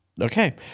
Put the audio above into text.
Okay